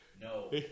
no